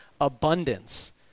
abundance